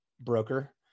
broker